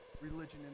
religion